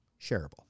shareable